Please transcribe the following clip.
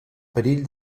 perill